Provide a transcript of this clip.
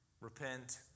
Repent